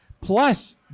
plus